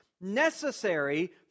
necessary